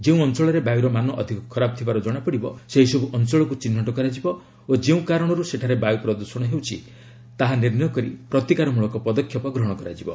ଯେଉଁ ଅଞ୍ଚଳରେ ବାୟୁର ମାନ ଅଧିକ ଖରାପ ଥିବାର ଜଣାପଡ଼ିବ ସେହିସବୁ ଅଞ୍ଚଳକୁ ଚିହ୍ନଟ କରାଯିବ ଓ ଯେଉଁ କାରଣରୁ ସେଠାରେ ବାୟୁ ପ୍ରଦୂଷଣ ହେଉଛି ତାହା ନିର୍ଣ୍ଣୟ କରି ପ୍ରତିକାର ମୂଳକ ପଦକ୍ଷେପ ଗ୍ରହଣ କରାଯିବ